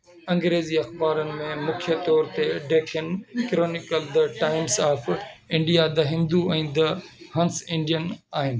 अंग्रेज़ी अख़बारुनि में मुख्य तौर ते Deccan Chronicle the Times of India the Hindu ऐं द हंस इंडियन आहिनि